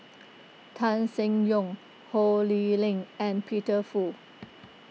Tan Seng Yong Ho Lee Ling and Peter Fu